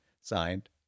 Signed